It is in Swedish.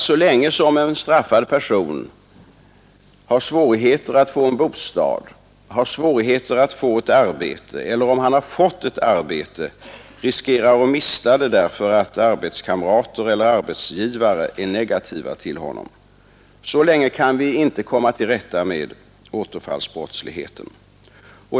Så länge en straffad person har svårigheter att få en bostad, har svårigheter att få ett arbete eller om han har fått ett arbete riskerar att mista det därför att arbetskamrater eller arbetsgivare är negativa till honom, kan vi inte komma till rätta med återfallsbrottsligheten.